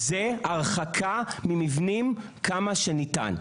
זה הרחקת מבנים כמה שניתן.